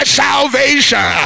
salvation